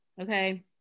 Okay